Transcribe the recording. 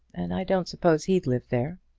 and i don't suppose he'd live there.